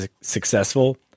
successful